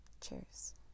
Cheers